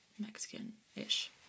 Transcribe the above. Mexican-ish